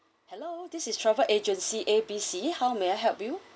hello this is travel agency A B C how may I help you